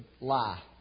Lie